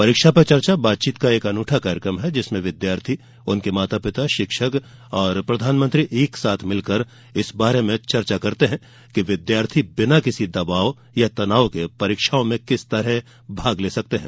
परीक्षा पे चर्चा बातचीत का एक अनूठा कार्यक्रम है जिसमें विद्यार्थी उनके माता पिता शिक्षक और प्रधानमंत्री एक साथ मिलकर इस बारे में चर्चा करते हैं कि विद्यार्थी बिना किसी दबाव या तनाव के परीक्षाओं में किस तरह भाग ले सकते हैं